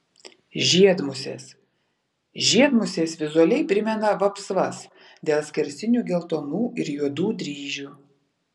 žiedmusės žiedmusės vizualiai primena vapsvas dėl skersinių geltonų ir juodų dryžių